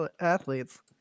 Athletes